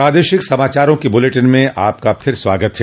प्रादेशिक समाचारों के इस बुलेटिन में आपका फिर से स्वागत है